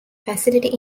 facility